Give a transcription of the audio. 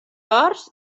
horts